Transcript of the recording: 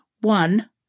one